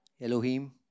Elohim